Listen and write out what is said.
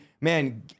man